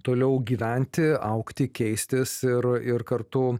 toliau gyventi augti keistis ir ir kartu